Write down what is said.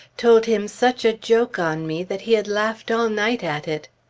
told him such a joke on me that he had laughed all night at it.